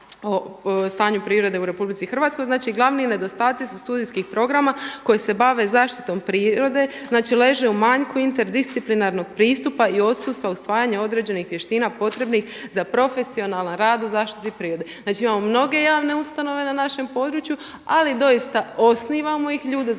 stanju prirode u RH, znači glavni nedostatci su studijskih programa koji se bave zaštitom prirode. Znači leže u manjku interdisciplinarnog pristupa i odsustva, usvajanja određenih vještina potrebnih za profesionalan rad u zaštiti prirode. Znači, imamo mnoge javne ustanove na našem području, ali doista osnivamo ih, ljude zapošljavamo,